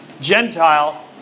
Gentile